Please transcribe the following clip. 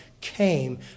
came